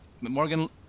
Morgan